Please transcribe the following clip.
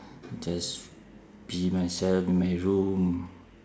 just be myself in my room